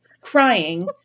crying